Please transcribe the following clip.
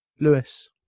Lewis